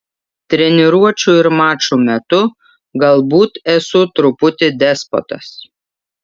treniruočių ir mačų metu galbūt esu truputį despotas